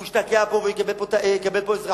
הוא השתקע פה ויקבל פה אזרחות,